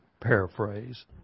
paraphrase